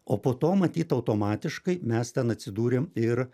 o po to matyt automatiškai mes ten atsidūrėm ir